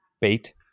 bait